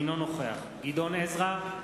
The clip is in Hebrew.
אינו נוכח גדעון עזרא,